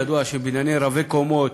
ידוע שבניינים רבי-קומות